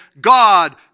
God